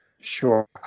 Sure